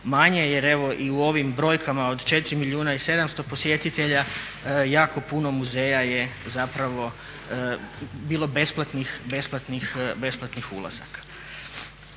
manje jer evo i u ovim brojkama od 4 milijuna i 700 posjetitelja jako puno muzeja je zapravo bilo besplatnih ulazaka.